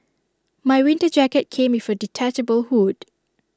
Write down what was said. my winter jacket came with A detachable hood